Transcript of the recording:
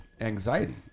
anxiety